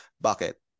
bucket